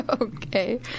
Okay